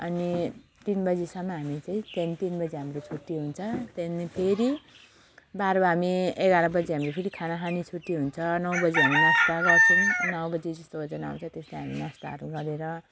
अनि तिन बजीसम्म हामी चाहिँ त्यहाँदेखि तिन बजी हाम्रो छुट्टी हुन्छ त्यहाँदेखि फेरि बारो हामी एघार बजी हामी हाम्रो फेरि खाना खाने छुट्टी हुन्छ नौ बजी हामी नास्ता गर्छौँ नौ बजी जस्तो जुन ओजन आउँछ त्यसमा हामी नास्ताहरू गरेर